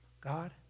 God